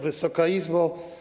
Wysoka Izbo!